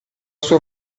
sua